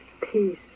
peace